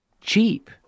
cheap